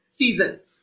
seasons